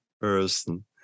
person